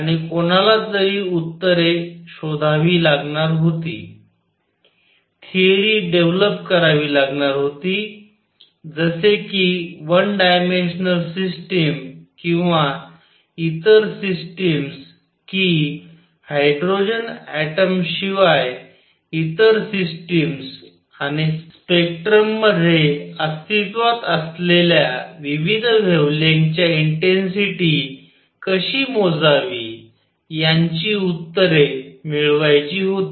आणि कोणालातरी उत्तरे शोधावी लागणार होती थेअरी डेव्हलप करावी लागणार होती जसे कि वन डायमेन्शनल सिस्टिम किंवा इतर सिस्टिम्स की हायड्रोजन ऍटम शिवाय इतर सिस्टम्स आणि स्पेक्ट्रममध्ये अस्तित्वात असलेल्या विविध वेव्हलेंग्थच्या इंटेन्सिटी कशी मोजावी यांची उत्तरे मिळवायची होती